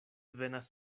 venas